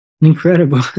Incredible